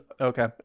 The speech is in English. okay